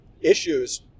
issues